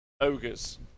Ogres